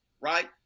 right